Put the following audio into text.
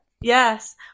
yes